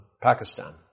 Pakistan